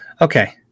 okay